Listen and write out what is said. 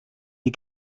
die